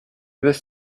this